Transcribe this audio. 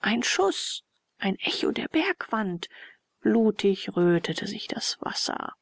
ein schuß ein echo der bergwand blutig rötete sich das wasser